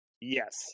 Yes